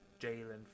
Jalen